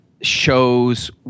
shows